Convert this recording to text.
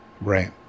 Right